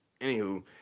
Anywho